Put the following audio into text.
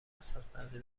ازحد، بعضی